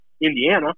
Indiana